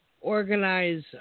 organize